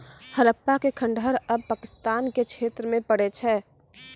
हड़प्पा के खंडहर आब पाकिस्तान के क्षेत्र मे पड़ै छै